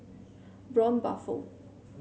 Braun Buffel